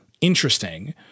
interesting